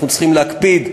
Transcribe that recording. אנחנו צריכים להקפיד,